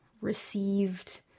received